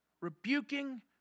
rebuking